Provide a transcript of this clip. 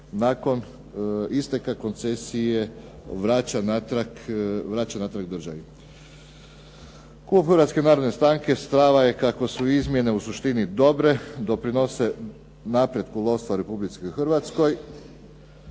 nakon isteka koncesije vraća natrag državi. Klub Hrvatske narodne stranke stava je kako su izmjene u suštini dobre. Doprinose napretku lovstva Republici Hrvatskoj